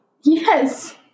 Yes